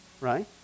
right